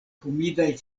humidaj